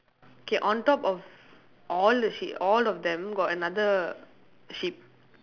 K on top of all the sheep all of them got another sheep